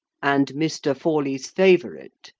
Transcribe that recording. and mr. forley's favourite,